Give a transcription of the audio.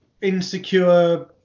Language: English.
insecure